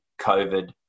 COVID